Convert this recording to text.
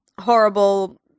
horrible